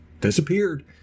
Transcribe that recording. disappeared